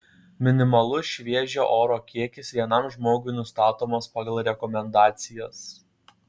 minimalus šviežio oro kiekis vienam žmogui nustatomas pagal rekomendacijas